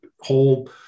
whole